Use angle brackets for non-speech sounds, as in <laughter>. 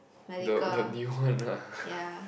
the the new one ah <breath>